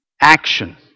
action